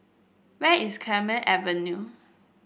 where is Clemenceau Avenue